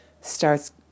starts